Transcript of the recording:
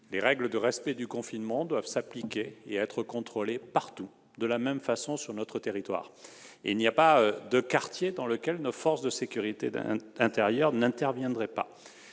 les règles du confinement doivent s'appliquer et être contrôlées de la même façon partout sur notre territoire, il n'y a pas de quartier dans lequel nos forces de sécurité intérieure n'interviendraient pas.